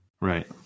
right